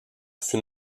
fut